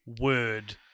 word